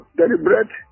deliberate